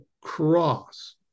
cross